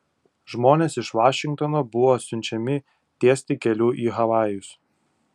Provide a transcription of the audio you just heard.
žmonės iš vašingtono buvo siunčiami tiesti kelių į havajus